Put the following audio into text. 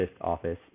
office